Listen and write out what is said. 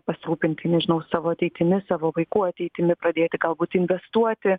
pasirūpinti nežinau savo ateitimi savo vaikų ateitimi pradėti galbūt investuoti